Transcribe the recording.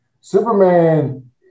Superman